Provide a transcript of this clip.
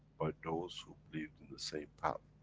by those who believed in the same path,